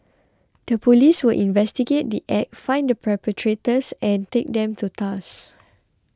the police will investigate the Act find the perpetrators and take them to task